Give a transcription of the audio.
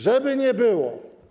Żeby nie było.